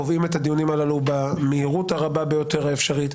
קובעים את הדיונים הללו במהירות הרבה ביותר האפשרית,